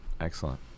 Excellent